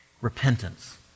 Repentance